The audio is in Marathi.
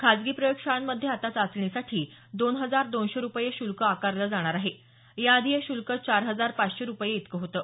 खासगी प्रयोगशाळांमधे आता चाचणीसाठी दोन हजार दोनशे रुपये शुल्क आकारलं जाणार आहे याआधी हे शुल्क चार हजार पाचशे रुपये होतं